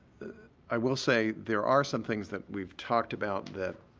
i will say there are some things that we've talked about that